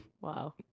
Wow